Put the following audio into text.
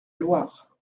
loire